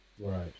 Right